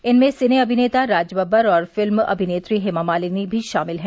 इनमें सिने अभिनेता राजबब्बर और फिल्म अमिनेत्री हेमा मालिनी भी शामिल हैं